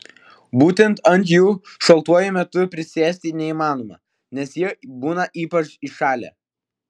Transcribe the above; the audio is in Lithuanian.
būtent ant jų šaltuoju metu prisėsti neįmanoma nes jie būna ypač įšalę